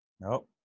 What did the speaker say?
nope